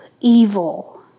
evil